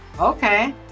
Okay